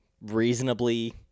reasonably